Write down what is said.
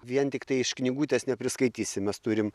vien tiktai iš knygutės nepriskaitysi mes turim